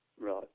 Right